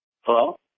Hello